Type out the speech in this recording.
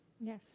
Yes